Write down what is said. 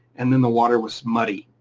and then the water was muddy,